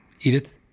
Edith